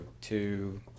two